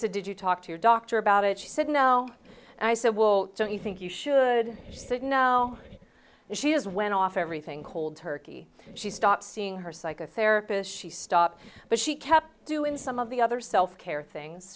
said did you talk to your doctor about it she said no i said well don't you think you should just said no and she is went off everything cold turkey she stopped seeing her psychotherapist she stopped but she kept doing some of the other self care things